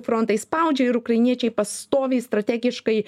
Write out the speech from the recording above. frontai spaudžia ir ukrainiečiai pastoviai strategiškai